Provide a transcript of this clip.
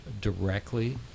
directly